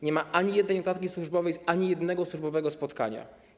Nie ma ani jednej notatki służbowej z ani jednego służbowego spotkania.